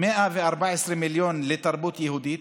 114 מיליון לתרבות יהודית,